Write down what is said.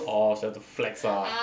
orh she want to flex ah